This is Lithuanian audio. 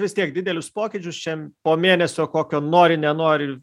vis tiek didelius pokyčius čia po mėnesio kokio nori nenori